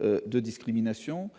de discriminations